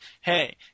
hey